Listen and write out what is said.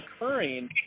occurring